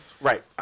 right